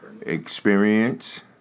experience